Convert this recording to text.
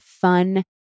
fun